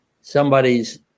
somebody's